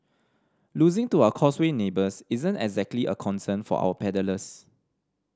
losing to our Causeway neighbours isn't exactly a concern for our paddlers